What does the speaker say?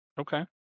Okay